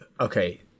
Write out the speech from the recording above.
Okay